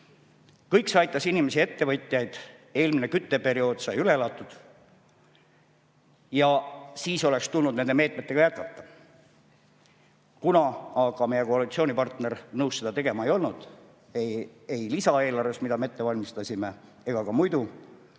Kõik see aitas inimesi ja ettevõtjaid, eelmine kütteperiood sai üle elatud. Aga siis oleks tulnud nende meetmetega jätkata. Kuna meie koalitsioonipartner ei olnud nõus seda tegema, ei lisaeelarvest, mida me ette valmistasime, ega ka muidu,